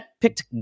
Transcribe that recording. picked